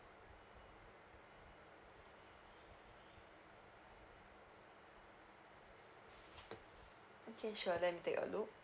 okay sure let me take a look